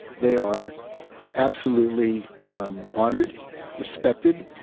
they are absolutely um honored respected,